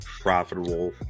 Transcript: profitable